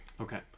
Okay